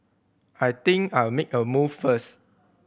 I think I'll make a move first